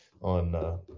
on